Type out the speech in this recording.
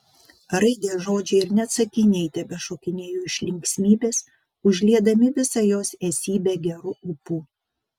raidės žodžiai ir net sakiniai tebešokinėjo iš linksmybės užliedami visą jos esybę geru ūpu